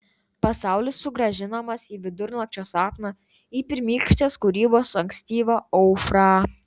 pasaulis sugrąžinamas į vidurnakčio sapną į pirmykštės kūrybos ankstyvą aušrą